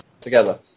together